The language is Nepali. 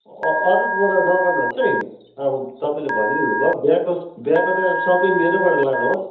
अँ अरूकोबाट नगर्नुहोस् है अब तपाईँले भनिहाल्नु भयो बिहाको बिहाको त सबै मेरैबाट लानुहोस्